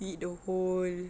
you eat the whole